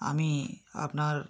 আমি আপনার